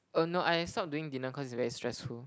err no I stop doing dinner cause it's very stressful